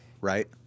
right